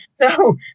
No